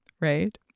right